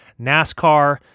NASCAR